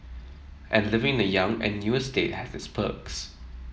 and living in the young and new estate has its perks